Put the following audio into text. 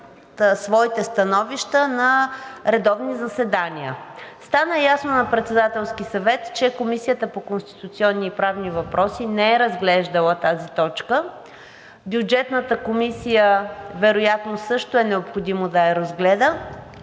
своите становища на редовни заседания. Стана ясно на Председателския съвет, че Комисията по конституционни и правни въпроси не е разглеждала тази точка. Бюджетната комисия вероятно също е необходимо да я разгледа,